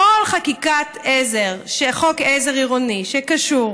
כל חקיקת עזר של חוק עזר עירוני שקשור